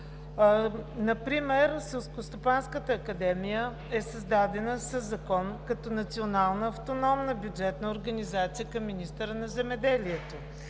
Например Селскостопанската академия е създадена със закон като национална автономна бюджетна организация към министъра на земеделието,